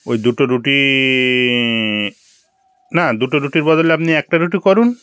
ওই দুটো রুটি না দুটো রুটির বদলে আপনি একটা রুটি করুন